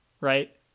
right